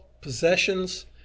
possessions